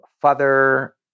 father